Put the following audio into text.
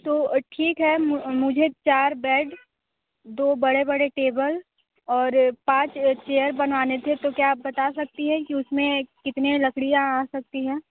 तो ठीक है मुझे चार बेड दो बड़े बड़े टेबल और पाँच चेयर बनवाने थे तो क्या आप बता सकती हैं कि उस में कितनी लकड़ियाँ आ सकती हैं